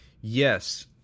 Yes